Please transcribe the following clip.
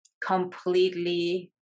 completely